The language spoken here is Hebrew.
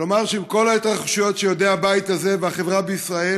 ולומר שעם כל ההתרחשויות שיודעים הבית הזה והחברה בישראל,